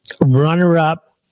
runner-up